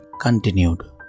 continued